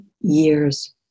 years